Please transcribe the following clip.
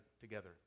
together